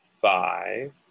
five